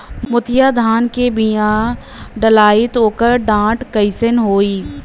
मोतिया धान क बिया डलाईत ओकर डाठ कइसन होइ?